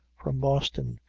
from boston,